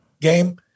game